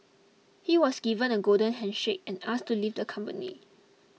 he was given a golden handshake and asked to leave the company